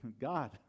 God